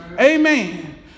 Amen